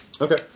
Okay